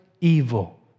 evil